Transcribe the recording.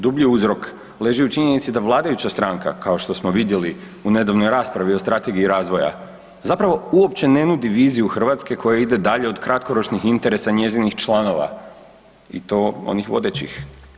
Dublji uzrok leži u činjenici da vladajuća stranka kao što smo vidjeli u nedavnoj raspravi o Strategiji razvoja, zapravo uopće ne nudi viziju Hrvatske koja ide dalje od kratkoročnih interesa njezinih članova i to onih vodećih.